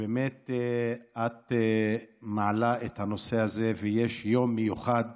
שאת מעלה את הנושא הזה ויש יום מיוחד